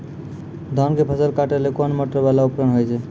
धान के फसल काटैले कोन मोटरवाला उपकरण होय छै?